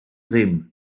ddim